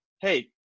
Hey